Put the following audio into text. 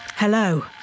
Hello